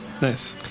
Nice